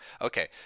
Okay